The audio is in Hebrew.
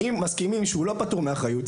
אם מסכימים שהוא לא פטור מהאחריות,